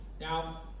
Now